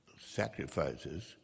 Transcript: sacrifices